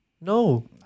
No